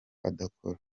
adakora